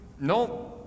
no